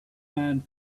man